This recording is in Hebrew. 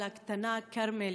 והקטנה כרמל